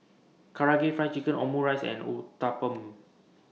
Karaage Fried Chicken Omurice and Uthapam